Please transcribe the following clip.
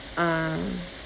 ah